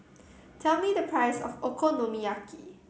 tell me the price of Okonomiyaki